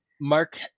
mark